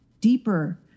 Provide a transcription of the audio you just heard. deeper